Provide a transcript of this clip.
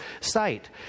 site